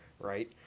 right